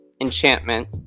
Enchantment